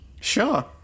Sure